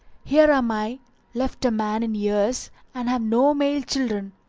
here am i left a man in years and have no male children,